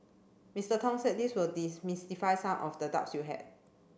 Mister Tong said this will demystify some of the doubts you had